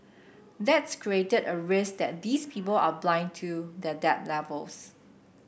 that's created a risk that these people are blind to their debt levels